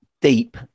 deep